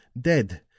dead